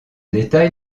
détail